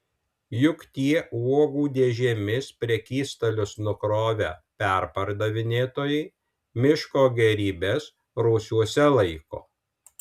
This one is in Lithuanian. juk tie uogų dėžėmis prekystalius nukrovę perpardavinėtojai miško gėrybes rūsiuose laiko